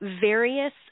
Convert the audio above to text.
various